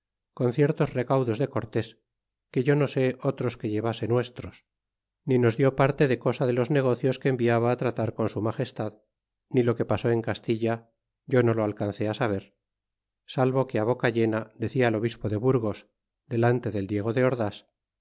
con ciertos recaudos de cortés que yo no sé otros que llevase nuestros ni nos dió parte de cosa de los negocios que enviaba tratar con su magestad ni lo que pasó en castilla yo no lo alcancé á saber salvo que á boca llena decia el obispo de burgos delante del diego de ordasl